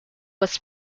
was